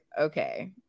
okay